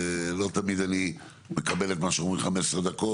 לא תמיד אני מקבל את מה שאומרים 15 דקות